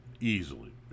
Easily